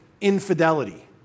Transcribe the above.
infidelity